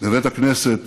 בבית הכנסת